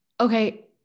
Okay